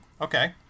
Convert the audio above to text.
Okay